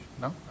No